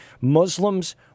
Muslims